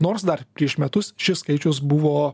nors dar prieš metus šis skaičius buvo